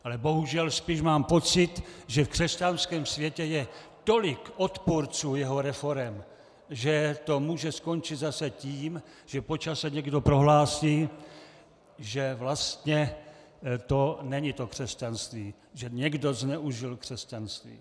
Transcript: Ale bohužel spíš mám pocit, že v křesťanském světě je tolik odpůrců jeho reforem, že to může skončit zase tím, že po čase někdo prohlásí, že vlastně to není to křesťanství, že někdo zneužil křesťanství.